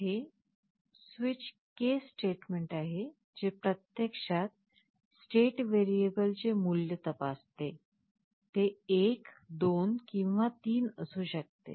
येथे switch case statement आहे जे प्रत्यक्षात "state" व्हेरिएबलचे मूल्य तपासते ते 1 2 किंवा 3 असू शकते